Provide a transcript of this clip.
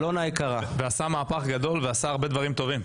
זה עשה מהפך גדול והרבה דברים טובים.